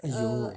!aiyo!